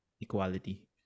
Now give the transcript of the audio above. equality